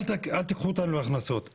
אל תיקחו אותנו להכנסות.